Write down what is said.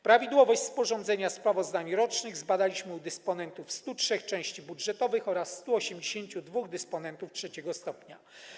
Prawidłowość sporządzenia sprawozdań rocznych zbadaliśmy u dysponentów 103 części budżetowych oraz 182 dysponentów trzeciego stopnia.